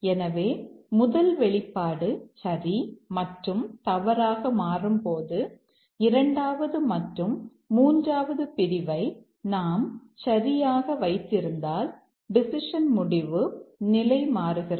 எனவே முதல் வெளிப்பாடு சரி மற்றும் தவறாக மாறும் போது இரண்டாவது மற்றும் மூன்றாவது பிரிவை நாம் சரியாக வைத்திருந்தால் டெசிஷன் முடிவு நிலை மாறுகிறது